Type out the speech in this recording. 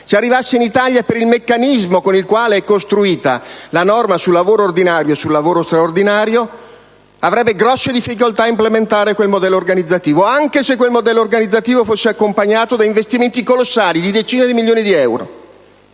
Se arrivasse in Italia, per il meccanismo con il quale è costruita la norma sul lavoro ordinario e su quello straordinario, avrebbe grosse difficoltà a implementare quel modello organizzativo, anche se questo fosse accompagnato da investimenti colossali, di decine di milioni di euro.